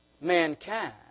mankind